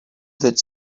that